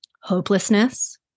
hopelessness